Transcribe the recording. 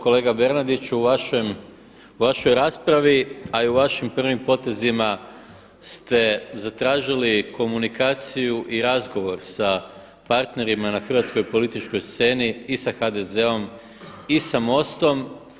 Kolega Bernardić u vašoj raspravi, a i u vašim prvim potezima ste zatražili komunikaciju i razgovor sa partnerima na hrvatskoj političkoj sceni i sa HDZ-om i sa MOST-om.